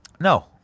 No